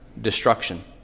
destruction